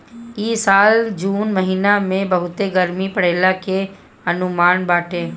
इ साल जून महिना में बहुते गरमी पड़ला के अनुमान बाटे